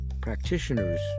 practitioner's